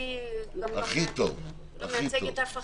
אני לא מייצגת אף אחד,